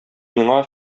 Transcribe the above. миңа